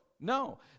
No